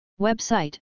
Website